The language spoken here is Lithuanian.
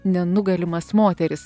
nenugalimas moteris